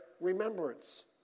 remembrance